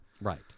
Right